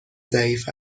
ضعیف